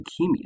leukemia